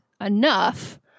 enough